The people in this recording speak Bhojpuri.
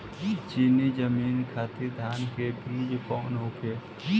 नीची जमीन खातिर धान के बीज कौन होखे?